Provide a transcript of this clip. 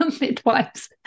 midwives